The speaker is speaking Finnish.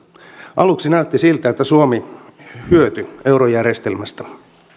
aluksi näytti siltä että suomi hyötyy eurojärjestelmästä